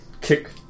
kick